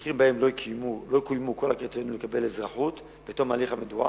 במקרים שלא קוימו כל הקריטריונים לקבלת אזרחות בתום ההליך המדורג,